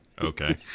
Okay